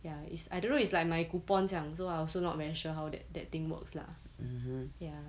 ya it's I don't know it's like my coupon 这样 so I also not very sure how that that thing works lah ya